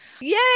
Yay